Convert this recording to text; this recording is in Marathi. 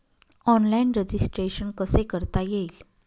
ऑनलाईन रजिस्ट्रेशन कसे करता येईल?